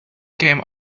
came